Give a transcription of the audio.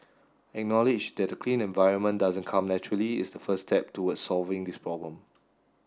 acknowledge that a clean environment doesn't come naturally is the first step toward solving this problem